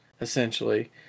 essentially